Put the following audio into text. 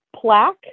plaque